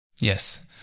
yes